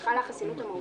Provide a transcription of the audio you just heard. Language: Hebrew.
שחלה החסינות המהותית?